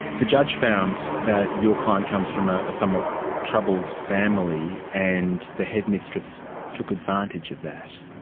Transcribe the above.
the judge found that your client comes from ah a somewhat troubled family, and the headmistress took advantage of that.